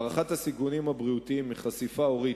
בהערכת הסיכונים הבריאותיים מחשיפה עורית